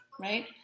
right